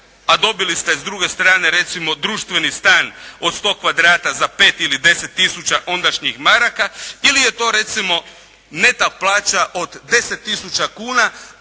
a dobili ste s druge strane recimo društveni stan od 100 kvadrata za 5 ili 10 tisuća ondašnjih maraka ili je to, recimo neto plaća od 10 tisuća kuna,